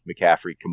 McCaffrey